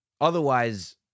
otherwise